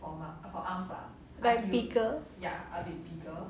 like bigger